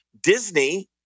Disney